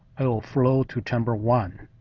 it'll flow to chamber one.